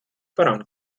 voran